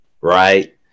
right